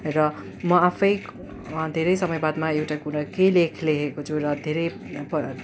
र म आफै धेरै समय बादमा एउटा कुरा केही लेख लेखेको छु र धेरै